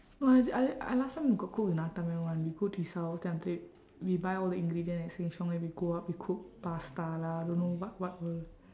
!wah! I I last time got cook with nattamai [one] we go to his house then after that we buy all the ingredient at sheng siong then we go up we cook pasta lah don't know what whatever